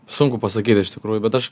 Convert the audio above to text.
sunku pasakyt iš tikrųjų bet aš